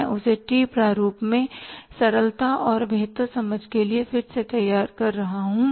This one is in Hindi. मैं उसे टी प्रारूप में सरलता और बेहतर समझ के लिए फिर से तैयारी कर रहा हूं